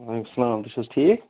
وعلیکُم سلام تُہۍ چھِو حظ ٹھیٖک